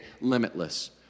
limitless